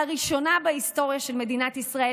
לראשונה בהיסטוריה של מדינת ישראל,